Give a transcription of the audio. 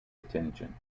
attention